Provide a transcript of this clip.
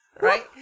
Right